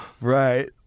Right